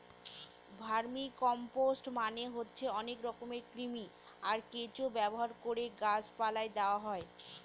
vermicompost মানে হচ্ছে অনেক রকমের কৃমি, আর কেঁচো ব্যবহার করে গাছ পালায় দেওয়া হয়